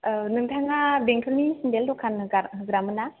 औ नोंथाङा बेंथलनि सेन्देल दखान होग्रामोन ना